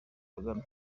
kagame